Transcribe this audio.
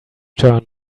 turn